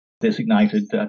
designated